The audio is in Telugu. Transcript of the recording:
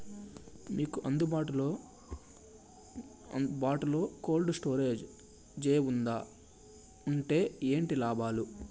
మీకు అందుబాటులో బాటులో కోల్డ్ స్టోరేజ్ జే వుందా వుంటే ఏంటి లాభాలు?